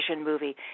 movie